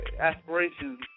aspirations